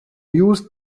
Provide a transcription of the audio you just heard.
used